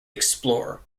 explorer